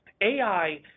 AI